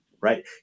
right